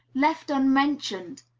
left unmentioned,